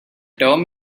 term